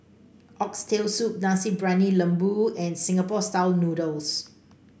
Oxtail Soup Nasi Briyani Lembu and Singapore style noodles